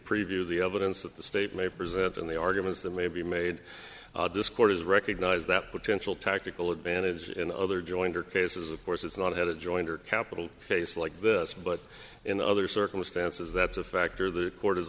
preview the evidence that the state may present and the arguments that may be made this court has recognized that potential tactical advantage in other jointer cases of course it's not had a jointer capital case like this but in other circumstances that's a factor the court is